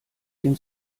den